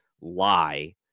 lie